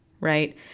right